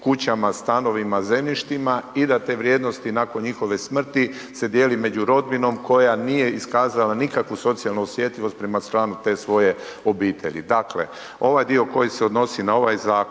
kućama, stanovima, zemljištima i da te vrijednosti nakon njihove smrti se dijeli među rodbinom koja nije iskazala nikakvu socijalnu osjetljivost prema članu te svoje obitelji. Dakle, ovaj dio koji se odnosi na ovaj zakon